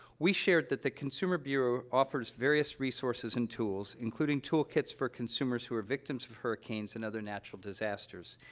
we shared that the consumer bureau offers various resources and tools, including toolkits for consumers who are victims of hurricanes and other natural disasters.